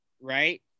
right